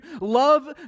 love